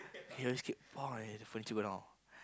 he always kick like that the furniture go down